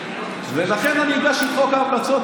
ולכן אני הגשתי את חוק ההמלצות.